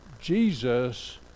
Jesus